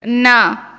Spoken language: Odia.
ନା